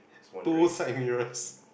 two side mirrors